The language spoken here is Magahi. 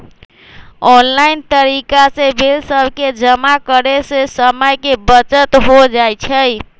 ऑनलाइन तरिका से बिल सभके जमा करे से समय के बचत हो जाइ छइ